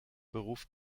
beruf